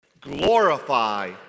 Glorify